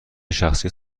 شخصی